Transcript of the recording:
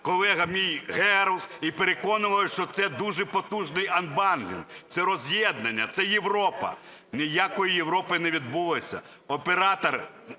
колега мій, Герус і переконували, що це дуже потужний анбандлінг, це роз'єднання, це Європа. Ніякої Європи не відбулося. Оператор